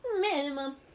minimum